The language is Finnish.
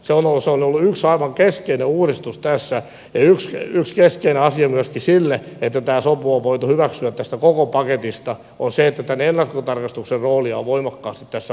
se on ollut yksi aivan keskeinen uudistus tässä ja yksi keskeinen asia myöskin siinä että tämä sopu on voitu hyväksyä tästä koko paketista on se että tämän ennakkotarkastuksen roolia on voimakkaasti tässä vahvistettu